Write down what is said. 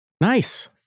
Nice